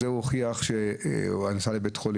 הם הוכיחו שהיה מותר להם לפי החוק